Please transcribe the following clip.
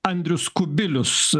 andrius kubilius